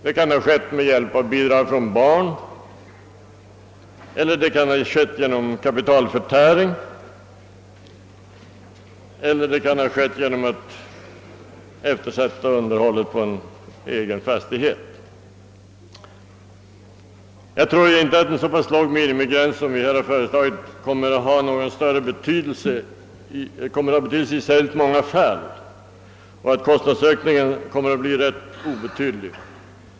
Det kan ha skett med hjälp av bidrag från barn, genom kapitalförtäring eller genom att underhåll på egen fastighet eftersatts. Jag tror inte att en så låg minimigräns som vi föreslagit kommer att ha stor betydelse i särskilt många fall, och kostnadsökningen kommer nog att bli ganska obetydlig.